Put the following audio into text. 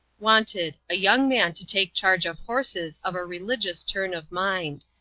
wanted, a young man to take charge of horses of a religious turn of mind.